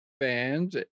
fans